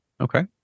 okay